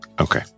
okay